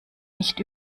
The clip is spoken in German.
nicht